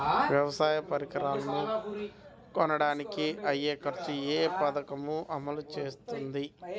వ్యవసాయ పరికరాలను కొనడానికి అయ్యే ఖర్చు ఏ పదకము అమలు చేస్తుంది?